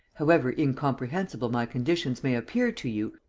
however incomprehensible my conditions may appear to you,